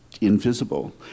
invisible